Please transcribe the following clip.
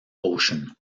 ocean